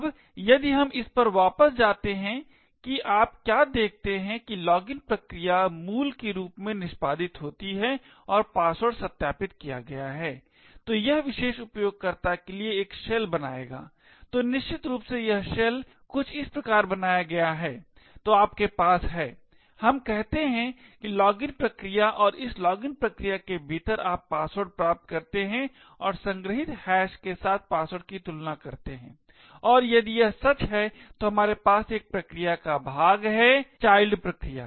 अब यदि हम इस पर वापस जाते हैं कि आप क्या देखते हैं कि लॉगिन प्रक्रिया मूल के रूप में निष्पादित होती है और पासवर्ड सत्यापित किया गया है तो यह उस विशेष उपयोगकर्ता के लिए एक शेल बनाएगा तो निश्चित रूप से यह शेल कुछ इस प्रकार बनाया गया है तो आपके पास है हम कहते हैं कि लॉगिन प्रक्रिया और इस लॉगिन प्रक्रिया के भीतर आप पासवर्ड प्राप्त करते हैं और संग्रहीत हैश के साथ पासवर्ड की तुलना करते हैं और यदि यह सच है तो हमारे पास एक प्रक्रिया का भाग है चाइल्ड प्रक्रिया